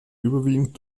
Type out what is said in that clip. überwiegend